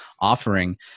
offering